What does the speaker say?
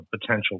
potential